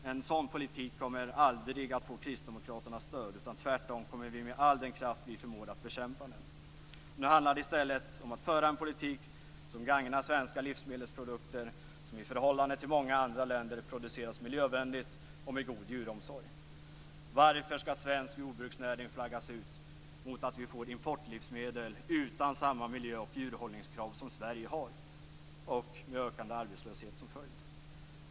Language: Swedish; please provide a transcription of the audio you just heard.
En sådan politik kommer aldrig att få Kristdemokraternas stöd. Tvärtom kommer vi med all den kraft vi förmår att bekämpa den. Nu handlar det i stället om att föra en politik som gagnar svenska livsmedelsprodukter, som i förhållande till många andra länders produkter produceras miljövänligt och med god djuromsorg. Varför skall svensk jordbruksnäring flaggas ut mot att vi får importlivsmedel som är producerade utan samma miljöoch djurhållningskrav som Sverige har och med ökande arbetslöshet som följd.